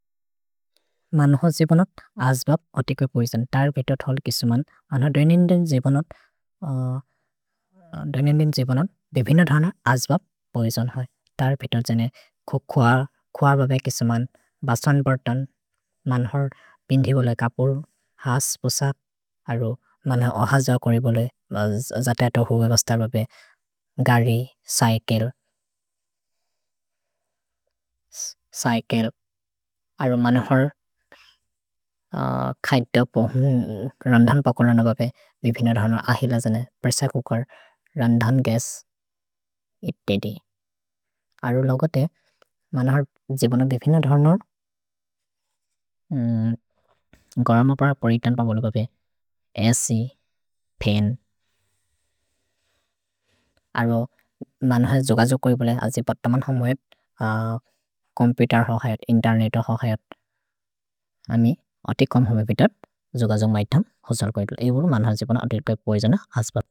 मन्ह जिबनत्, अज्बप्, अतिकोपोइजन्। तर् पित थल् किसुमन्। मन्ह दन्यन्देन् जिबनत्। दन्यन्देन् जिबनत्। भेबिन धन, अज्बप्, पोइजन् है। तर् पित जने खुअ। खुअ बबे किसुमन्। भसन्त् बर्तन्। मन्ह पिन्थि बोले कपुर्। हस्, पुसप्। मन्ह अहजओ कोरि बोले जतत हुबेवस्त बबे। गरि, सैकेल्। सैकेल्। अरो मन्ह हर् खैत पो। रन्धन् पकुर् रन बबे। भेबिन धन, अजिल जने। Pressure cooker. रन्धन् गेस्। इत्ते दे। अरो लगते। मन्ह हर् जिबनत्, बेबिन धन। गरम् अपर परितन् प बोले बबे। अ। छ्। पेन्। अरो मन्ह हर् जोगजो कोरि बोले। अज पतमन् हमुहेव्। कोम्पुतेर् हौहेत्। इन्तेर्नेत् हौहेत्। अमि अतिक् हमुहेव् पितत्। जोगजो मैतम्। होसल् कैतुल्। एबोरु मन्ह हर् जिबन अतिर् कैप् बोजन। अस्प।